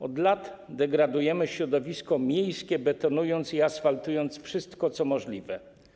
Od lat degradujemy środowisko miejskie, betonując i asfaltując wszystko, co możliwe.